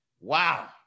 Wow